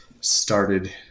started